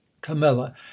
Camilla